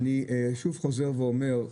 אני שוב חוזר ואומר,